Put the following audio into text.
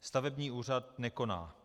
Stavební úřad nekoná.